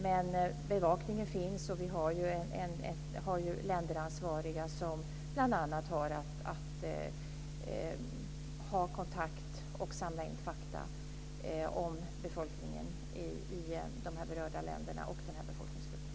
Men bevakningen finns, och vi har länderansvariga som bl.a. har att hålla kontakt med och samla in fakta om befolkningen i de berörda länderna och den här befolkningsgruppen.